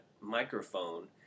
microphone